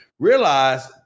realize